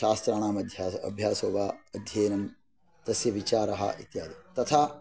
शास्त्राणाम् अभ्यासो वा अध्ययनं तस्य विचारः इत्यादि तथा